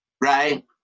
Right